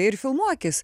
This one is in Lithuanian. ir filmuokis